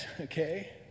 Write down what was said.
okay